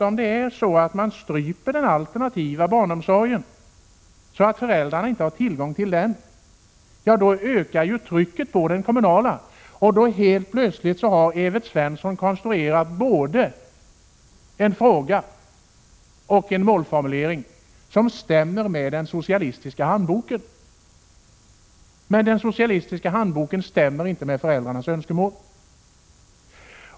Om man stryper den alternativa barnomsorgen så att föräldrarna inte har tillgång till den ökar trycket på den kommunala, och då har Evert Svensson helt plötsligt både konstruerat en fråga och formulerat ett mål som stämmer med den socialistiska handboken, men den socialistiska handboken stämmer inte med föräldrarnas önskemål.